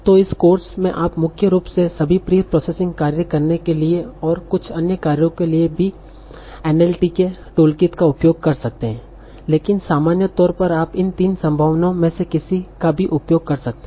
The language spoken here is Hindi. तो इस कोर्स में आप मुख्य रूप से सभी प्री प्रोसेसिंग कार्य करने के लिए और कुछ अन्य कार्यों के लिए भी एनएलटीके NLTK टूलकिट का उपयोग कर सकते है लेकिन सामान्य तौर पर आप इन तीन संभावनाओं में से किसी का भी उपयोग कर सकते हैं